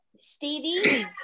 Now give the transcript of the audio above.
stevie